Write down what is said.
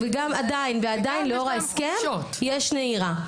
ועדיין לאור ההסכם יש נהירה.